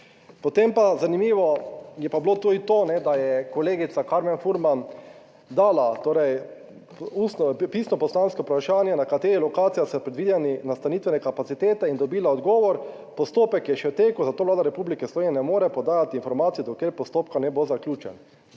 Potem pa zanimivo je pa bilo tudi to, da je kolegica Karmen Furman dala torej pisno poslansko vprašanje na katerih lokacijah so predvideni nastanitvene kapacitete in dobila odgovor, postopek je še v teku, zato Vlada Republike Slovenije ne more podati informacij, dokler postopka ne bo zaključen.